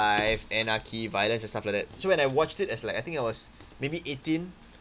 life anarchy violence and stuff like that so when I watched it as like I think I was maybe eighteen